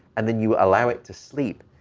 and then you allow it to sleep,